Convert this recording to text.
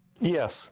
Yes